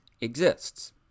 exists